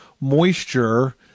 moisture